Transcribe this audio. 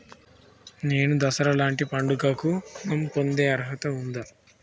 నేను దసరా లాంటి పండుగ కు ఋణం పొందే అర్హత ఉందా?